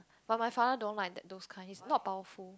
but my father don't like that those kind it's not powerful